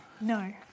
No